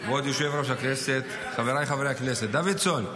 כבוד יושב-ראש הכנסת, חבריי חברי הכנסת, דוידסון?